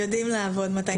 יודעים לעבוד מתי שצריך.